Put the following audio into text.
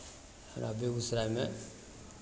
हमरा बेगूसरायमे